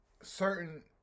certain